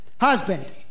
husband